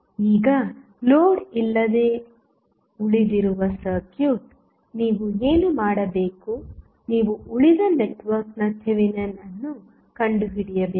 ಈಗ ಲೋಡ್ ಇಲ್ಲದೆ ಉಳಿದಿರುವ ಸರ್ಕ್ಯೂಟ್ ನೀವು ಏನು ಮಾಡಬೇಕು ನೀವು ಉಳಿದ ನೆಟ್ವರ್ಕ್ನ ಥೆವೆನಿನ್ ಅನ್ನು ಕಂಡುಹಿಡಿಯಬೇಕು